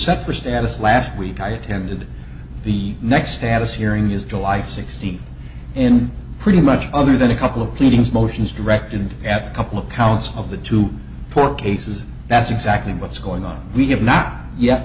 separate status last week i attended the next status hearing is july sixteenth in pretty much other than a couple of pleadings motions directed at a couple of colleagues of the two poor cases that's exactly what's going on we have not ye